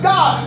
God